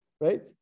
right